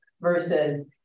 versus